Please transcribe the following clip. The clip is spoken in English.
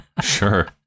sure